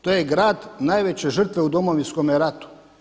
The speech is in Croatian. To je grad najveće žrtve u Domovinskom ratu.